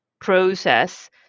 process